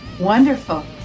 Wonderful